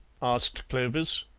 asked clovis.